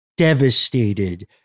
Devastated